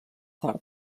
tard